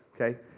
Okay